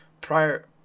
prior